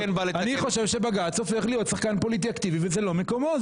אני חושב שבג"צ הופך להיות שחקן פוליטי אקטיבי וזה לא מקומו.